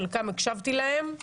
לו"ז בעייתי מאוד.